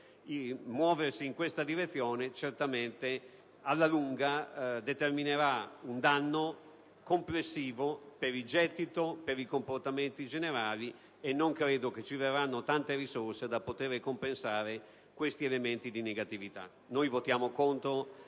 Muoversi in questa direzione certamente determinerà, alla lunga, un danno complessivo per il gettito, per i comportamenti generali e non genererà al contrario tante risorse per compensare questi elementi di negatività.